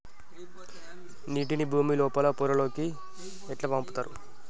నీటిని భుమి లోపలి పొరలలోకి ఎట్లా పంపుతరు?